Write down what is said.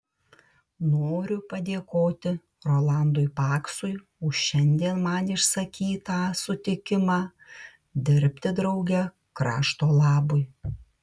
noriu padėkoti rolandui paksui už šiandien man išsakytą sutikimą dirbti drauge krašto labui